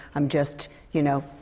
i'm just you know,